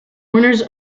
winners